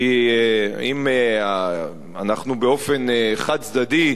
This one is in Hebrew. כי אם אנחנו באופן חד-צדדי,